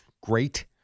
great